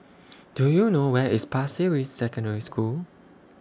Do YOU know Where IS Pasir Ris Secondary School